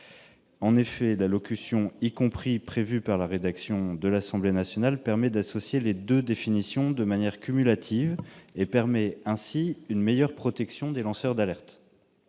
En revanche, la locution « y compris » figurant dans la rédaction de l'Assemblée nationale permet d'associer les deux définitions de manière cumulative, et ainsi d'assurer une meilleure protection des lanceurs d'alerte.